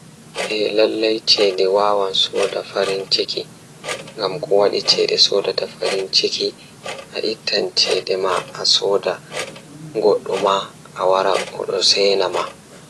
Ko ɗum njifti hoore, ɓe njifti e laamɗe ngal. Ceede waawi heɓɓude kadi jam e ko ɓe waɗi hoore rewɓe ngal. Kono, ko nguurndam ngal sabu e jam e ngam njangol fiyaangu ngal, kono ko jengɗe ngal haɓɓude ndiyam teddungal